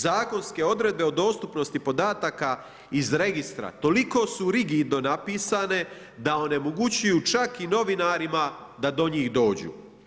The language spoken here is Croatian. Zakonske odredbe o dostupnosti podataka iz registra toliko su rigidno napisane da onemogućuju čak i novinarima da do njih dođu.